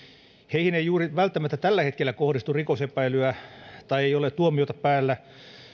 heihin ei välttämättä juuri tällä hetkellä kohdistu rikosepäilyä tai ei ole tuomiota päällä